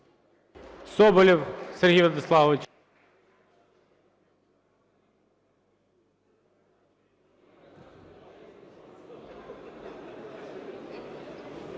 Соболєв Сергій Владиславович.